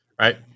right